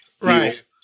Right